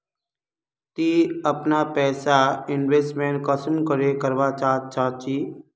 ती अपना पैसा इन्वेस्टमेंट कुंसम करे करवा चाँ चची?